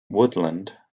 woodland